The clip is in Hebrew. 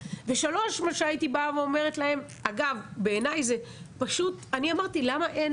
ושלישית מה שהייתי אומרת להם למה אין